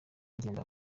ngenda